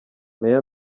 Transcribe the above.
meya